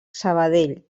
sabadell